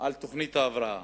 על תוכנית ההבראה.